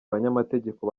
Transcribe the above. abanyamategeko